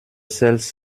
seltz